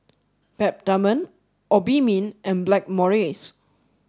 Peptamen Obimin and Blackmores